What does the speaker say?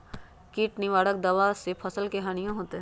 किट निवारक दावा से फसल के हानियों होतै?